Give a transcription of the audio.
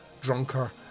drunker